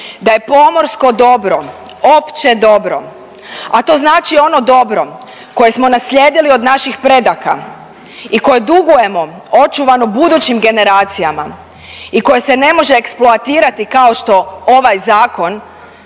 da je pomorsko dobro opće dobro, a to znači ono dobro koje smo naslijedili od naših predaka i koje dugujemo očuvano budućim generacijama i koje se ne može eksploatirati kao što ovaj zakon